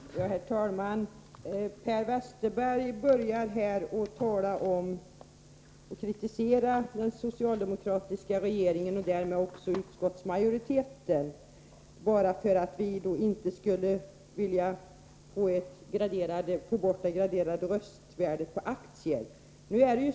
Herr talman! Per Westerberg börjar här kritisera den socialdemokratiska regeringen och utskottsmajoriteten för att vi inte skulle vilja få bort det graderade röstvärdet på aktier.